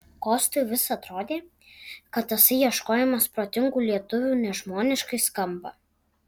kostui vis atrodė kad tasai ieškojimas protingų lietuvių nežmoniškai skamba